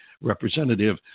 representative